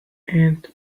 and